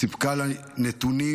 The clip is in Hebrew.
סיפקה לנו נתונים,